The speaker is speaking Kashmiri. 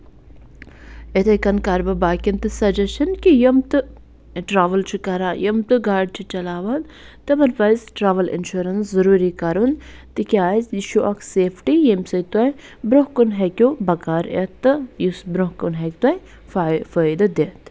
یِتھَے کٔن کَرٕ بہٕ باقیَن تہِ سَجَشَن کہِ یِم تہٕ ٹرٛاوٕل چھِ کران یِم تہِ گاڑِ چھِ چَلاوان تِمَن پَزِ ٹرٛاوٕل اِنشورَنٕس ضٔروٗری کرُن تِکیٛازِ یہِ چھُ اکھ سیفٹی ییٚمہِ سۭتۍ تۄہہِ برٛونٛہہ کُن ہٮ۪کیو بکار یِتھ تہٕ یُس برٛونٛہہ کُن ہٮ۪کہِ تۄہہِ فٲیدٕ دِتھ